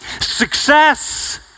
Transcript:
Success